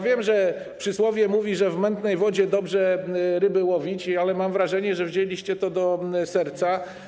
Wiem, że przysłowie mówi, że w mętnej wodzie dobrze ryby łowić, ale mam wrażenie, że wzięliście to sobie do serca.